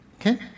okay